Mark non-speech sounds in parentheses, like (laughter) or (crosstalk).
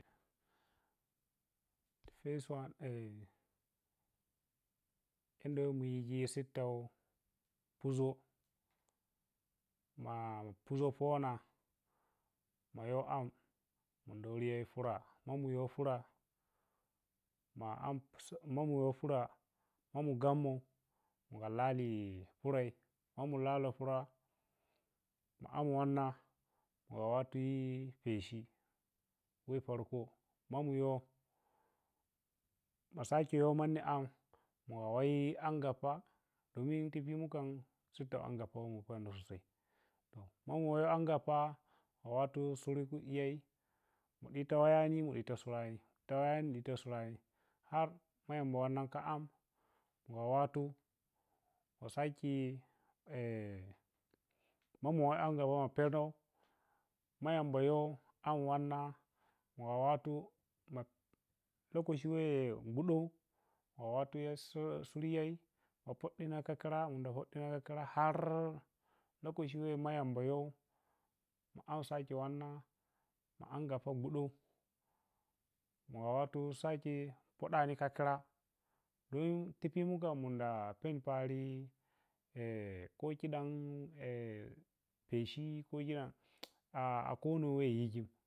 First one (hesitation) indawo mu yiji sitto poʒoh ma poʒoh ponah ma yoh am munde wuri porah ma muyoh porah ma am ma muyoh porah ma muyoh gamo mugha lali porai ma mu lali porah mu am wanna mugha wattu peshi weh parko ma mu yoh ma mu yoh ma sake yoh manni am mugha yoh angappa domin ti pimun khan sitto angappa (unintelligible) to ma mu yoh angappa ma wattu suru khiyen niɗitayani niɗitasu yani niɗitayani niɗitasu yani han ma yamba kha wanna am ma wattu ma sake (hesitation) ma mu weh angappa ma pheno ma yambayo am wanna magha wattu ma lokaci weh guɗun ma wattu sur suryen ma paɗɗi kha khira munda poɗɗina kha khira har lokaci weh ma yambayoh am sake wanna angappa guɗoh mugha wattu sake poɗɗani hbo khira don ti pimum kham munda pen pari (unintelligible) kho khidem (hesitation) peshi kho (hesitation) a khoni weh wijin.